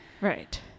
right